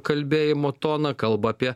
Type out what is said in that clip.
kalbėjimo toną kalba apie